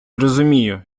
розумію